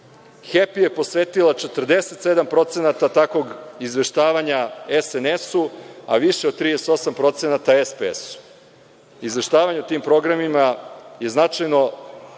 „Hepi“ je posvetila 47% takvog izveštavanja SNS, a više od 38% SPS. Izveštavanje o tim programima se značajno